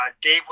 Dave